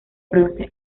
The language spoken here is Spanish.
produce